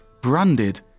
branded